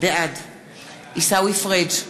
בעד עיסאווי פריג'